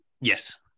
Yes